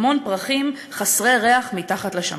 המון פרחים חסרי ריח מתחת לשמים.